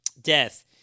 death